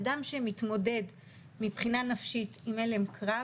אדם שמתמודד מבחינה נפשית עם הלם קרב,